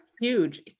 Huge